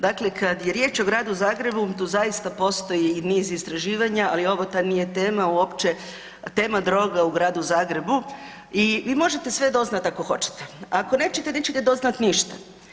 Dakle, kad je riječ o Gradu Zagrebu tu zaista postoji i niz istraživanja ali ovo ta nije tema uopće tema droga u Gradu Zagrebu i vi možete sve doznati ako hoćete, ako nećete nećete doznati ništa.